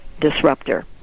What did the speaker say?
disruptor